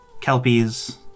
Kelpies